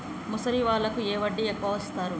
ముసలి వాళ్ళకు ఏ వడ్డీ ఎక్కువ ఇస్తారు?